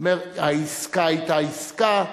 אמר: העסקה היתה עסקה,